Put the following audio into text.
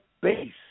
Base